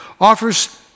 offers